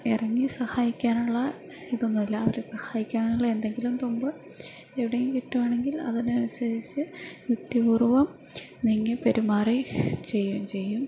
ഇറങ്ങി സഹായിക്കാനുള്ള ഇതൊന്നുമില്ല അവരെ സഹായിക്കാനുള്ള എന്തെങ്കിലും തുമ്പ് എവിടെയെങ്കും കിട്ടുകയാണെങ്കിൽ അതിനനുസരിച്ച് യുക്തിപൂർവ്വം നീങ്ങി പെരുമാറി ചെയ്യുകയും ചെയ്യും